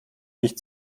nicht